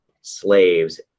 slaves